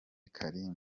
karim